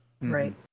Right